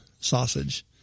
sausage